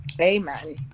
amen